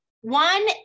One